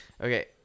Okay